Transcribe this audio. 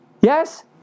Yes